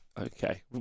okay